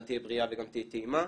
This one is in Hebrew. גם תהיה בריאה וגם תהיה טעימה,